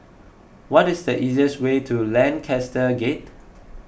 what is the easiest way to Lancaster Gate